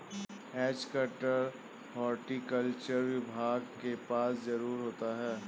has cutter horticulture विभाग के पास जरूर होता है